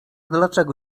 dlaczego